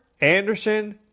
Anderson